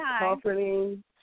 comforting